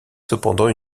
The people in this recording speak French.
cependant